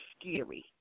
scary